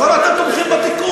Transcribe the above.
אז למה אתם תומכים בתיקון?